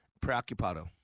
Preoccupado